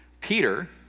Peter